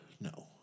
No